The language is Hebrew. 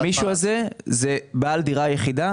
המישהו הזה הוא בעל דירה יחידה,